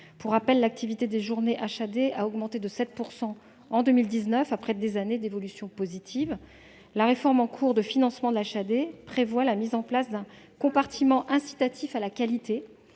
journées d'hospitalisation à domicile a augmenté de 7 % en 2019, après des années d'évolution positive. La réforme en cours du financement de l'HAD prévoit la mise en place d'un compartiment incitatif à la qualité.